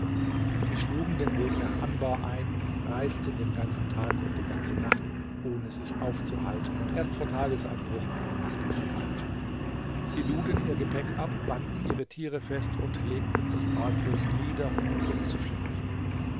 sie schlugen den weg nach anbar ein reisten den ganzen tag und die ganze nacht ohne sich aufzuhalten und erst vor tagesanbruch machten sie halt sie luden ihr gepäck ab banden ihre tiere fest und legten sich arglos nieder um zu schlafen